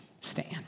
stand